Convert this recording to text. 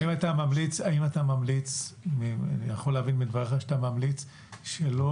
האם אתה ממליץ אני יכול להבין מדבריך שאתה ממליץ שלא